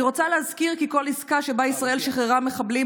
אני רוצה להזכיר כי כל עסקה שבה ישראל שחררה מחבלים,